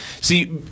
See